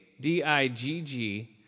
D-I-G-G